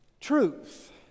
truth